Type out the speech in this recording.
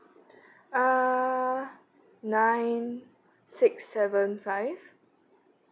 uh nine six seven five